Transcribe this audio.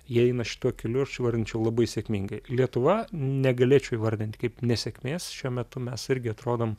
jie eina šituo keliu aš įvardinčiau labai sėkmingai lietuva negalėčiau įvardint kaip nesėkmės šiuo metu mes irgi atrodom